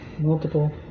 Multiple